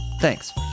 Thanks